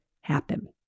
happen